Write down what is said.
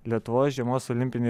lietuvos žiemos olimpinėj